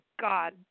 God